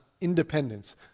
independence